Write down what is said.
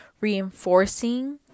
reinforcing